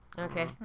okay